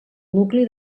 nucli